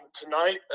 tonight